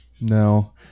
no